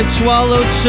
swallowed